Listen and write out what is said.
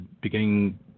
beginning –